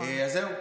אז זהו.